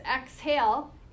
exhale